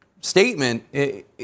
statement